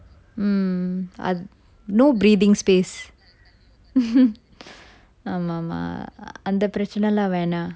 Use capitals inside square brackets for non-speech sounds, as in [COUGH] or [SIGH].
mm no breathing space [LAUGHS] ஆமா ஆமா அந்த பிரச்சனலாம் வேணாம்:aama aama antha pirachanalam venam